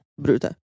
Bruta